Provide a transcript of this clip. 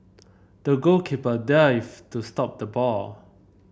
the goalkeeper dived to stop the ball